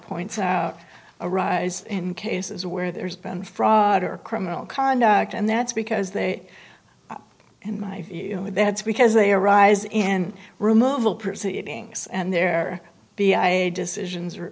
points out arise in cases where there's been fraud or criminal conduct and that's because they in my view they had to because they arise in removal proceedings and there decisions are